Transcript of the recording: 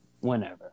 Whenever